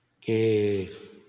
que